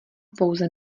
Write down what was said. pouze